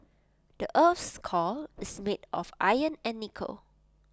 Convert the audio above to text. the Earth's core is made of iron and nickel